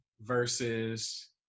versus